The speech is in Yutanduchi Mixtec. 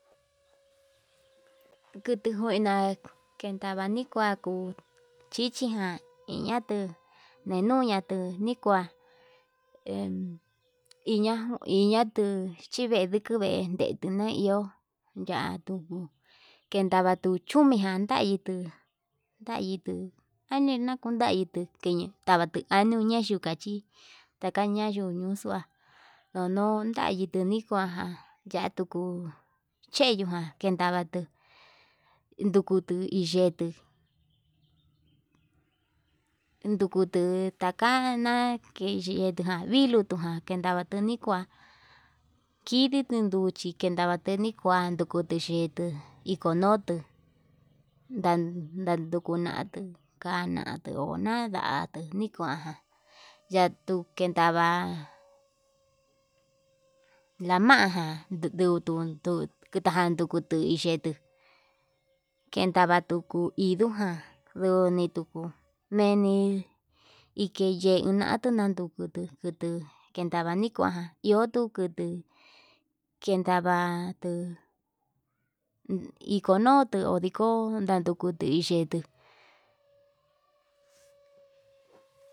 Kutu njuena kendava nikuaku chichijan iñatuu nenuñatu ndenikua iña iñatuu, chivee nduku vee indekuñain iho yendavatu chumiján jaitu jaitu anina kundaitu keña añuñexhi yukachi kataña yuyuxua ndono yanitu nikuaján, yakuu cheyujan kendavatu ndukutu iyetu ndukutu takana kendava viluu tuján kendavatu nikua kidi nduchi nidavati nikuani kuti yetuu iko'o notuu ndadukutu nikonatu kanatu onada'a nduu nikuajan yatun kendava lamaján nduntun tun kutajan kutuyu yetuu, kendavatu ikuján nduni tuku yeini ikeyei natuu nadukutu kendava nikuan iho tuu kutuu kendavatuu ikonutu ndiko'o nandutu yeituu.